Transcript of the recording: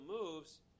moves